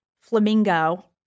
flamingo